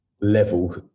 level